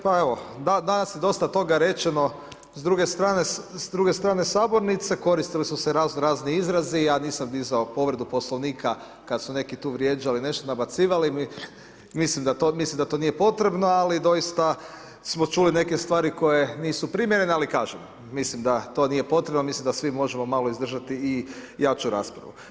Pa evo danas je dosta toga rečeno s druge strane sabornice, koristili su se razno razni izrazi, ja nisam dizao povredu Poslovnika kad su neki tu vrijeđali nešto, nabacivali mi, mislim da to nije potrebno ali doista smo čuli neke stvari koje nisu primjerene, ali kažem, mislim da to nije potrebno, mislim da svi možemo malo izdržati i jaču raspravu.